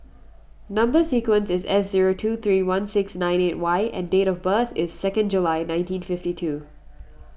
Number Sequence is S zero two three one six nine eight Y and date of birth is second July nineteen fifty two